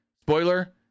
spoiler